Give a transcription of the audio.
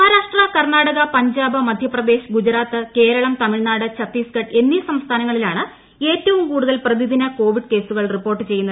മഹാരാഷ്ട്ര കർണ്ണാടക പഞ്ചാബ് മധ്യപ്രദേശ് ഗുജറാത്ത് കേരളം തമിഴ്നാട് ഛത്തീസ്ഗഡ് എന്നീ സംസ്ഥാനങ്ങളിലാണ് ഏറ്റവും കൂടുതൽ പ്രതിദിന കോവിഡ് കേസുകൾ റിപ്പോർട്ട് ചെയ്യുന്നത്